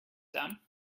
down